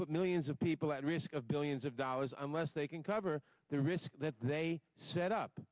put millions of people at risk of billions of dollars unless they can cover their risk that they set up